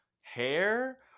hair